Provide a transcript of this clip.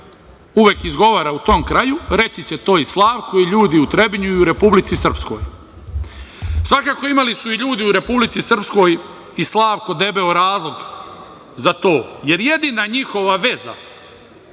uvek izgovara u tom kraju, reći će to i Slavko i ljudi u Trebinju i u Republici Srpskoj. Svakako, imali su i ljudi u Republici Srpskoj i Slavko debeo razlog za to, jer jedina njihova veza